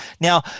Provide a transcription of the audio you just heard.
Now